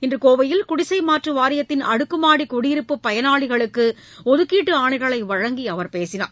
இன்று கோவையில் குடிசை மாற்று வாரியத்தின் அடுக்குமாடி குடியிருப்பு பயனாளிகளுக்கு ஒதுக்கீட்டு ஆணைகளை வழங்கி அவர் பேசினார்